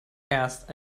erst